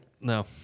No